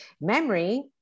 Memory